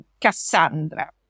Cassandra